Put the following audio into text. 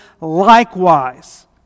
Likewise